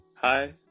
Hi